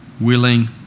willing